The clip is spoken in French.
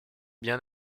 bien